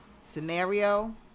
Scenario